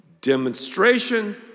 demonstration